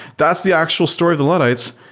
that's the actual story of the luddites,